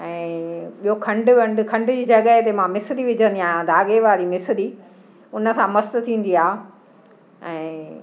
ऐं ॿियो खंड वंड खंड जी जॻह ते मां मिसरी विझंदी आहियां धागे वारी मिसरी उनखां मस्तु थींदी आहे ऐं